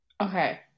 Okay